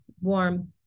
warm